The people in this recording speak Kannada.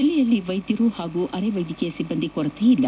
ಜಲ್ಲೆಯಲ್ಲಿ ವೈದ್ಧರು ಹಾಗೂ ಅರೆ ವೈದ್ಧಕೀಯ ಸಿಬ್ಬಂದಿ ಕೊರತೆ ಇಲ್ಲ